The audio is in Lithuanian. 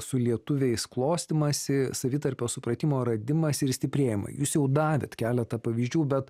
su lietuviais klostymąsi savitarpio supratimo radimąsi ir stiprėjimą jūs jau davėt keletą pavyzdžių bet